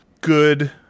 good